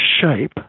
shape